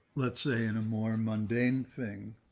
let's say in a more and mundane thing,